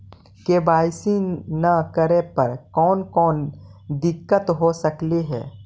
KYC न करे पर कौन कौन दिक्कत हो सकले हे?